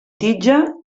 tija